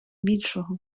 більшого